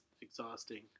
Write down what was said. exhausting